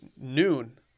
noon